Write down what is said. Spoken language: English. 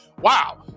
wow